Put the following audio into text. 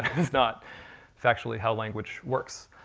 is not factually how language works.